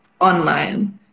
online